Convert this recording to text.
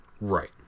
right